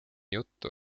juttu